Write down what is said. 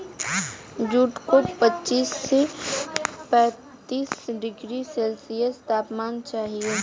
jute को पच्चीस से पैंतीस डिग्री सेल्सियस तापमान चाहिए